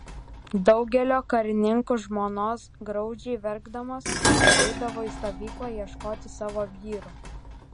daugelio karininkų žmonos graudžiai verkdamos ateidavo į stovyklą ieškoti savo vyrų